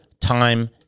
time